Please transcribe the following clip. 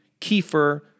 kefir